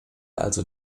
also